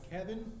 Kevin